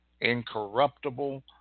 incorruptible